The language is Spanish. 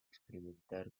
experimentar